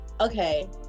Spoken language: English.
Okay